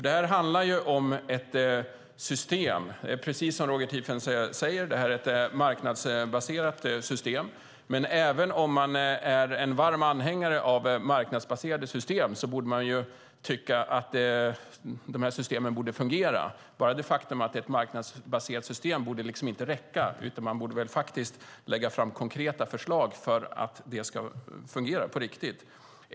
Det här handlar om ett marknadsbaserat system, precis som Roger Tiefensee säger, men även om man är varm anhängare av marknadsbaserade system borde man tycka att de här systemen ska fungera. Bara det faktum att det är ett marknadsbaserat system borde inte räcka, utan man borde faktiskt lägga fram konkreta förslag för att det ska fungera på riktigt.